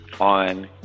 on